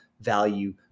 value